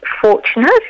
fortunate